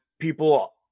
people